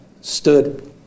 stood